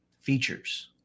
features